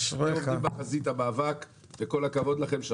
אתם עומדים בחזית המאבק וכל הכבוד לכם.